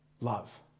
love